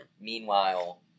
Meanwhile